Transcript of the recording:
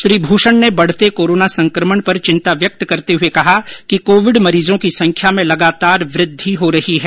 श्री भूषण ने बढते कोरोना संक्रमण पर चिंता व्यक्त करते हुए कहा कि कोविड मरीजों की संख्या में लगातार वृद्धि हो रही है